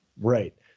Right